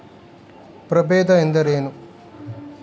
ಪ್ರಭೇದ ಎಂದರೇನು?